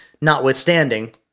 notwithstanding